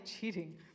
cheating